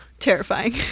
terrifying